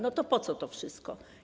No to po co to wszystko?